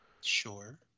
sure